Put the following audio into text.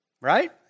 right